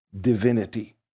divinity